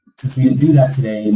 since we didn't do that today,